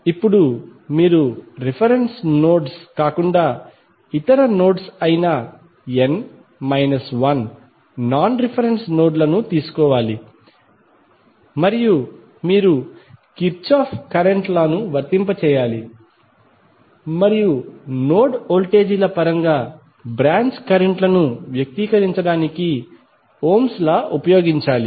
ఇప్పుడు మీరు reference nodes కాకుండా ఇతర నోడ్స్ అయిన n minus 1 non reference node లను తీసుకోవాలి మరియు మీరు కిర్చాఫ్ కరెంట్ లా ను వర్తింపజేయాలి మరియు నోడ్ వోల్టేజీల పరంగా బ్రాంచ్ కరెంట్ లను వ్యక్తీకరించడానికి ఓమ్స్ లా Ohms law ఉపయోగించాలి